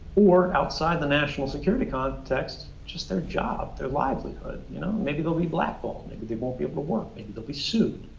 or outside the national security context, just their job, their livelihood, you know? maybe there'll be blackballed, maybe they won't be able to work. maybe they'll be sued.